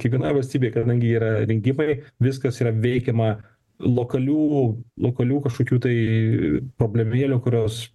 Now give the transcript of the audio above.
kiekviena valstybė kadangi yra rinkimai viskas yra veikiama lokalių lokalių kažkokių tai problemėlių kurios